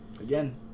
again